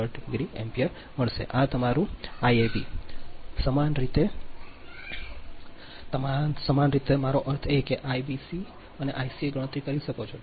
3 ° ampere મળશે આ તમારું Iab સમાન રીતે સમાન રીતે મારો અર્થ એ જ રીતે તમે Ibc અને Ica ગણતરી કરી શકો છો